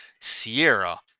Sierra